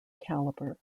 caliber